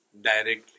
directly